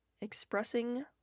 Expressing